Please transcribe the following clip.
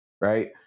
Right